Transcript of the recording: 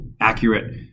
accurate